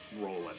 rolling